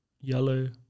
Yellow